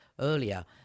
earlier